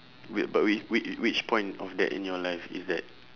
wait but which which which point of that in your life is that